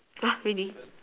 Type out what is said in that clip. !huh! really